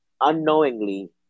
unknowingly